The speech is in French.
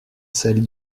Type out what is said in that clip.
celle